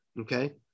Okay